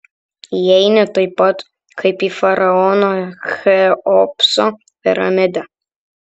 įeini taip pat kaip į faraono cheopso piramidę